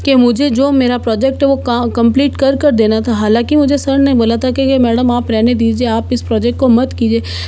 के मुझे जो मेरा प्रॉजेक्ट है वो का कम्प्लीट कर कर देना था हालाँकि मुझे सर ने बोला था कि कि मैडम आप रहने दीजिए आप इस प्रॉजेक्ट को मत कीजिए